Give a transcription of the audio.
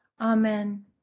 amen